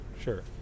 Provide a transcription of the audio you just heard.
sure